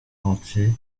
entier